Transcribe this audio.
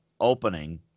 opening